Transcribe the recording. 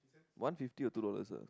one fifty or two dollars ah